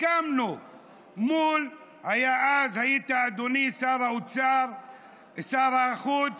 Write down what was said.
אז היית שר החוץ,